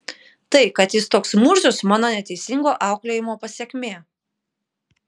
tai kad jis toks murzius mano neteisingo auklėjimo pasekmė